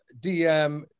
DM